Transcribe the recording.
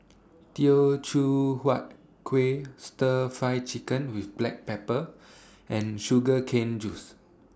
Teochew Huat Kueh Stir Fry Chicken with Black Pepper and Sugar Cane Juice